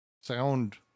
sound